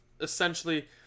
essentially